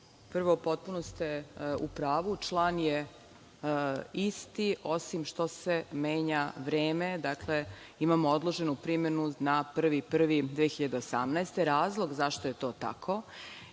Prvo, potpuno ste u pravu. Član je isti osim što se menja vreme. Dakle, imamo odloženu primenu na 1.1.2018. godine. Razlog zašto je to tako